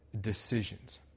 decisions